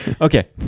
okay